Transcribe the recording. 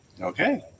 Okay